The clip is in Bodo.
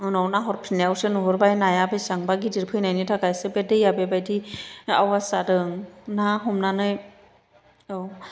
उनाव नाहरफिननायावसो नुहुरबाय नाया बेसेबांबा गिदिर फैनायनि थाखायसो बे दैया बेबायदि आवास जादों ना हमनानै औ